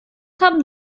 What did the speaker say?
haben